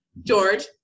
George